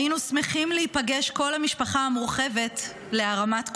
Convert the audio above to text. היינו שמחים להיפגש כל המשפחה המורחבת להרמת כוסית,